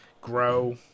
grow